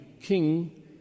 king